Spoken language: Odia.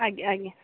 ଆଜ୍ଞା ଆଜ୍ଞା